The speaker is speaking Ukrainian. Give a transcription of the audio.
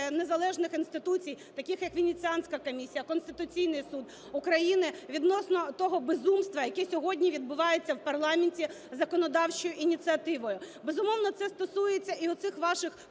незалежних інституцій, таких як Венеціанська комісія, Конституційний Суд України, відносно того безумства, яке сьогодні відбувається в парламенті з законодавчою ініціативою. Безумовно, це стосується і оцих ваших